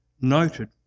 noted